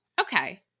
okay